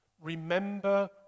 remember